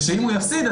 ושאם הוא יפסיד,